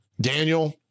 Daniel